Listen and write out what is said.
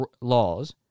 laws